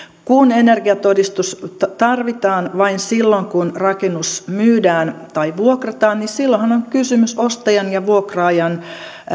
energiatodistus tarvitaan vain silloin kun rakennus myydään tai vuokrataan niin silloinhan on kysymys ostajan ja vuokraajan